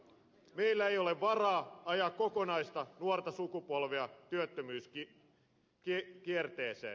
meillä ei ole varaa ajaa kokonaista nuorta sukupolvea työttömyyskierteeseen